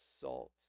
salt